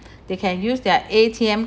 they can use their A_T_M